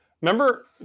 Remember